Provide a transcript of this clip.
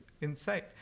inside